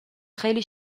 خیلی